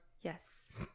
Yes